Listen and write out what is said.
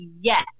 yes